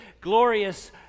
glorious